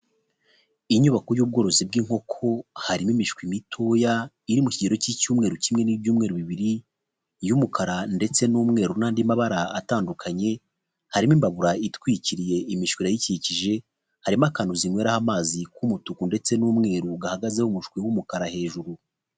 Inyubako y'ubworozi bw'inkoko harimo imishwi mitoya. Iri mu kigero k'icyumweru kimwe n'ibyumweru bibiri. Iy'umukara ndetse n'umweru n'andi mabara atandukanye. Harimo imbabura itwikiriye, imishwi irayikikije. Harimo akantu zinyweramo amazi k'umutuku ndetse n'umweru, gahagazeho umushwi w'umukara hejuru.